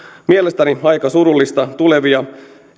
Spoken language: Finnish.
mielestäni aika surullista tulevia